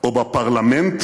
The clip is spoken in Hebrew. או בפרלמנט